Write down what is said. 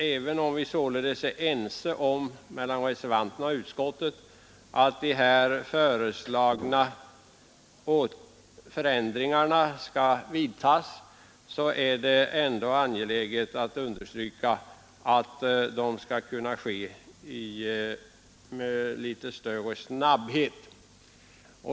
Även om utskottsmajoriteten och reservanterna alltså är ense om att de föreslagna förändringarna skall vidtas är det ändå angeläget att understryka, att ändringarna skall genomföras med litet större snabbhet.